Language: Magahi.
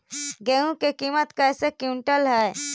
गेहू के किमत कैसे क्विंटल है?